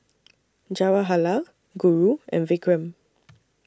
Jawaharlal Guru and Vikram